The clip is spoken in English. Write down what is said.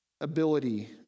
ability